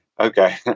okay